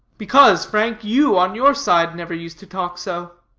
because, frank, you on your side, never used to talk so.